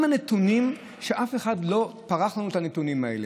אם הנתונים, ואף אחד לא פרך לנו את הנתונים האלה,